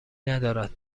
ندارد